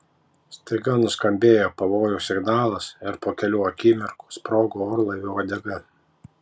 staiga nuskambėjo pavojaus signalas ir po kelių akimirkų sprogo orlaivio uodega